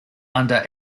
under